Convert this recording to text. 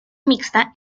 mixta